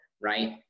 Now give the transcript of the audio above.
right